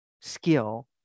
skill